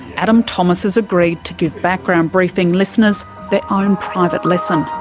adam thomas has agreed to give background briefing listeners their own private lesson.